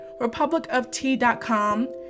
republicoftea.com